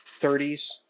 30s